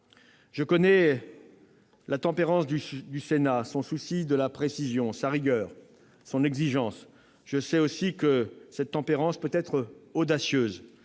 Je connais la tempérance du Sénat, son souci de la précision, sa rigueur, son exigence. Je sais aussi que cette tempérance peut être audacieuse,